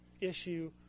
issue